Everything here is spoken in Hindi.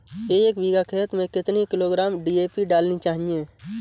एक बीघा खेत में कितनी किलोग्राम डी.ए.पी डालनी चाहिए?